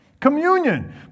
communion